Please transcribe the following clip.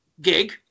Gig